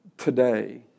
today